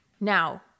now